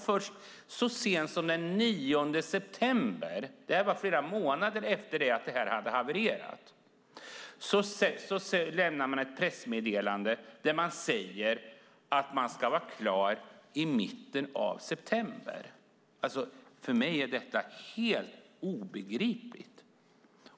Först så sent som den 9 september, flera månader efter att det här hade havererat, lämnar man ett pressmeddelande där man säger att det ska vara klart i mitten av september. För mig är detta helt obegripligt.